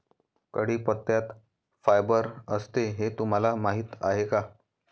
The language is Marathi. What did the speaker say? कढीपत्त्यात फायबर असते हे तुम्हाला माहीत आहे का?